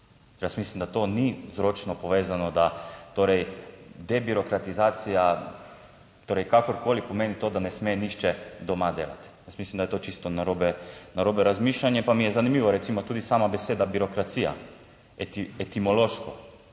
Jaz mislim, da to ni vzročno povezano, da torej debirokratizacija torej kakorkoli pomeni to, da ne sme nihče doma delati, jaz mislim, da je to čisto narobe, narobe razmišljanje, pa mi je zanimivo, recimo, tudi sama beseda birokracija, etimološko